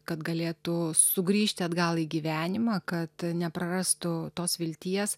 kad galėtų sugrįžti atgal į gyvenimą kad neprarastų tos vilties